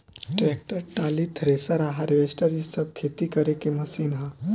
tractor, trolley, thresher आ harvester इ सब खेती करे के मशीन ह